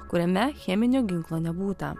kuriame cheminio ginklo nebūta